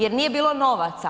Jer nije bilo novaca.